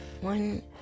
one